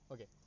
Okay